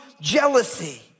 jealousy